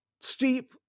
steep